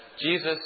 Jesus